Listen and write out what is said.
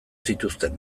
zituzten